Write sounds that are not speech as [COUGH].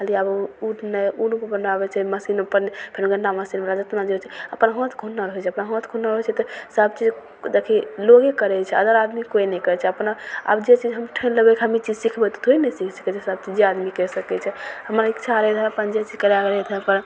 खाली आब उ नहि उ रूप बनाबय छै मशीनोपर फेर गन्दा [UNINTELLIGIBLE] मशीन भए [UNINTELLIGIBLE] जेतना जे होइ छै अपन हाथके हुनर होइ छै अपना हाथके हुनर होइ छै तऽ सभचीज देखही लोके करय छै अगर आदमी कोइ नहि करय छै अपना आब जे चीज हम ठानि लेबय हम ई चीज सिखबय तऽ थोड़े नहि सीख सकय छियै सभ जे आदमी करि सकय छै हमर इच्छा रहय जे अपन जे चीज करय रहय